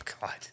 God